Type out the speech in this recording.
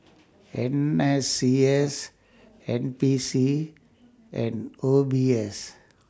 N S C S N P C and O B S